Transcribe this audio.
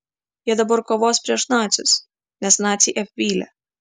jie dabar kovos prieš nacius nes naciai apvylė